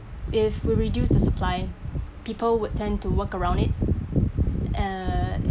if we reduce the supply people would tend to work around it uh